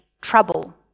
trouble